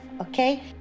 okay